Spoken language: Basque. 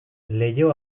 leiho